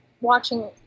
watching